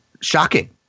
shocking